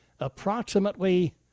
approximately